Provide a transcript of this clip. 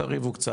תריבו קצת,